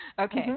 Okay